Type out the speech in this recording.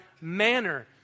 manner